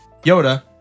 Yoda